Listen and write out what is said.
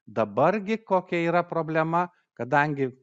dabar gi kokia yra problema kadangi